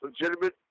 legitimate